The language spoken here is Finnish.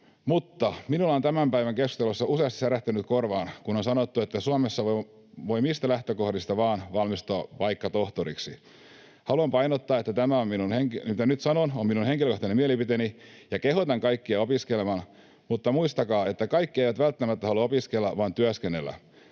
mutta minulla on tämän päivän keskustelussa useasti särähtänyt korvaan, kun on sanottu, että Suomessa voi mistä lähtökohdista vaan valmistua vaikka tohtoriksi. Haluan painottaa, että tämä, mitä nyt sanon, on minun henkilökohtainen mielipiteeni ja kehotan kaikkia opiskelemaan, mutta muistakaa, että kaikki eivät välttämättä halua opiskella vaan työskennellä.